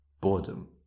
boredom